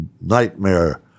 nightmare